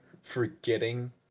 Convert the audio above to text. forgetting